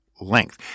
length